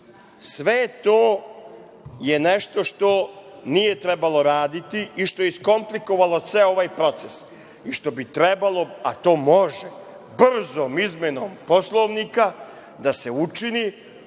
je to nešto što nije trebalo raditi i što je iskomplikovalo ceo ovaj proces i što bi trebalo, a to može brzom izmenom Poslovnika da se učini